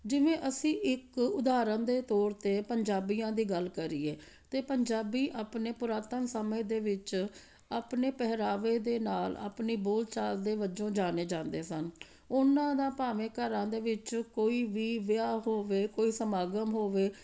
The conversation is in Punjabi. ਜਿਵੇਂ ਅਸੀਂ ਇੱਕ ਉਦਾਹਰਨ ਦੇ ਤੌਰ 'ਤੇ ਪੰਜਾਬੀਆਂ ਦੀ ਗੱਲ ਕਰੀਏ ਤਾਂ ਪੰਜਾਬੀ ਆਪਣੇ ਪੁਰਾਤਨ ਸਮੇਂ ਦੇ ਵਿੱਚ ਆਪਣੇ ਪਹਿਰਾਵੇ ਦੇ ਨਾਲ ਆਪਣੀ ਬੋਲ ਚਾਲ ਦੇ ਵਜੋਂ ਜਾਣੇ ਜਾਂਦੇ ਸਨ ਉਹਨਾਂ ਦਾ ਭਾਵੇਂ ਘਰਾਂ ਦੇ ਵਿੱਚ ਕੋਈ ਵੀ ਵਿਆਹ ਹੋਵੇ ਕੋਈ ਸਮਾਗਮ ਹੋਵੇ